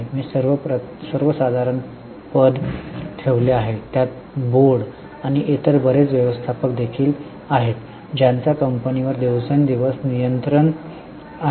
मी सर्वसाधारण पद ठेवले आहे त्यात बोर्ड आणि इतर बरेच व्यवस्थापक देखील आहेत ज्यांचा कंपनीवर दिवसेंदिवस नियंत्रण आहे